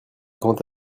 grand